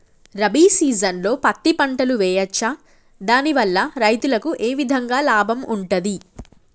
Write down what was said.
రబీ సీజన్లో పత్తి పంటలు వేయచ్చా దాని వల్ల రైతులకు ఏ విధంగా లాభం ఉంటది?